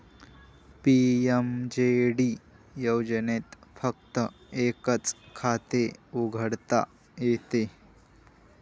PMJD योजनेत फक्त एकच खाते उघडता येते